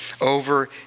over